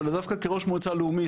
אלא דווקא כראש המועצה הלאומית,